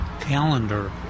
calendar